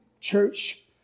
church